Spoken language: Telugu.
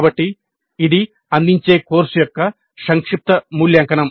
కాబట్టి ఇది అందించే కోర్సు యొక్క సంక్షిప్త మూల్యాంకనం